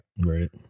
right